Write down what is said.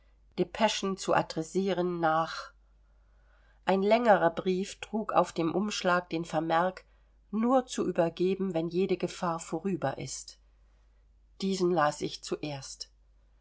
depeschen zu adressieren nach ein längerer brief trug auf dem umschlag den vermerk nur zu übergeben wenn jede gefahr vorüber ist diesen las ich zuerst